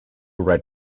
red